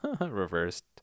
reversed